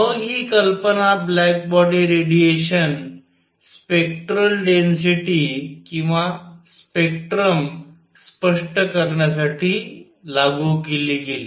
मग ही कल्पना black body radiation spectral density किंवा स्पेक्ट्रम स्पष्ट करण्यासाठी लागू केली गेली